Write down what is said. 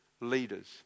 leaders